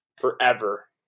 Forever